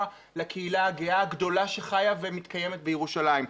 לקהילה הגאה הגדולה שחיה ומתקיימת בירושלים?